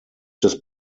des